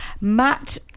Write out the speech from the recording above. Matt